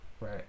Right